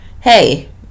hey